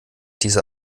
diese